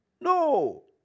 No